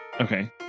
Okay